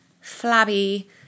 flabby